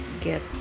get